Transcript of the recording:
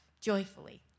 joyfully